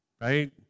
right